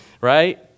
right